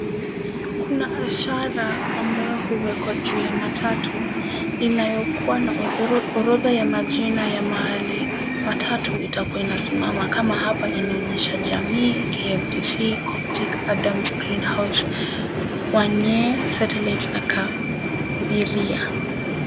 Kuna ishara ambayo huwekwa juu ya matatu inayokua na orodha ya majina ya mahali matatu itakuwa inasimama. Kama hapa inaonyesha jamii, kmtc,coptic, adams, greenhouse, wanyee, satellite, na kabiria.